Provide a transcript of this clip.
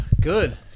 Good